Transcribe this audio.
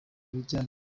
bijyanye